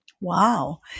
Wow